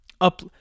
up